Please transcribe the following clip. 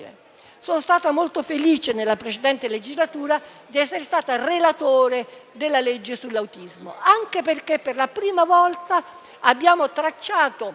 Sono stata molto felice, nella precedente legislatura, di essere stata relatore della legge sull'autismo, anche perché per la prima volta abbiamo tracciato